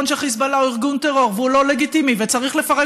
שחיזבאללה הוא ארגון טרור והוא לא לגיטימי וצריך לפרק